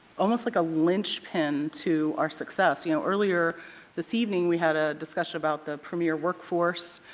almost like a linchpin to our success. you know earlier this evening we had a discussion about the premier workforce.